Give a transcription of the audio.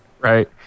Right